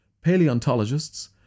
paleontologists